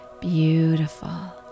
Beautiful